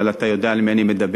אבל אתה יודע על מי אני מדבר.